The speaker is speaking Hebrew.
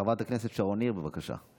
חברת הכנסת שרון ניר, בבקשה.